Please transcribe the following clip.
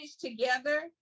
together